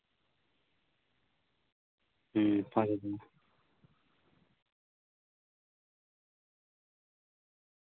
ᱵᱷᱟᱜᱮ ᱜᱮᱭᱟ